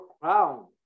crown